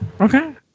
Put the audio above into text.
Okay